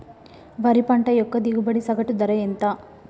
వరి పంట యొక్క దిగుబడి సగటు ధర ఎంత?